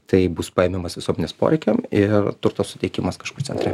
tai bus paėmimas visuomenės poreikiam ir turto suteikimas kažkur centre